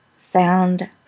sound